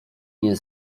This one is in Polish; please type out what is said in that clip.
nie